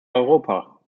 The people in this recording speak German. europa